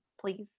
please